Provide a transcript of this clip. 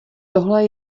tohle